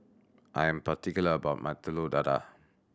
I am particular about my Telur Dadah